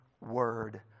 word